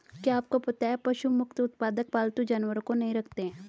क्या आपको पता है पशु मुक्त उत्पादक पालतू जानवरों को नहीं रखते हैं?